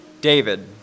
David